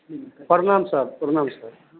प्रणाम सर प्रणाम सर